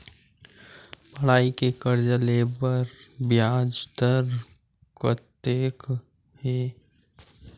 पढ़ई के कर्जा ले बर ब्याज दर कतका हे?